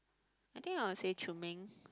I think I would say Choon-Meng